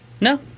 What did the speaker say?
no